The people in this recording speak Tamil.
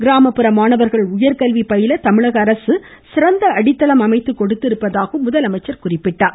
கிராமப்புற மாணவர்கள் உயர்கல்வி பயில தமிழக அரசு சிறந்த அடித்தளம் அமைத்து கொடுத்திருப்பதாகவும் அவர் தெரிவித்தார்